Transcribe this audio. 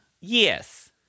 Yes